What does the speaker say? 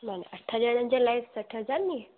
माना अठ ॼणनि जे लाइ सठि हज़ार न